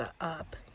up